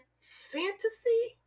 fantasy